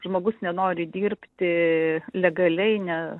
žmogus nenori dirbti legaliai ne